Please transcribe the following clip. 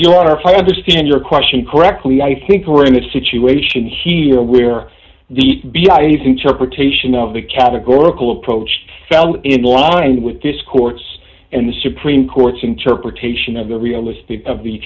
i understand your question correctly i think we're in a situation here where the bialys interpretation of the categorical approach fell in line with this court's and the supreme court's interpretation of the realistic of the